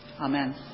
Amen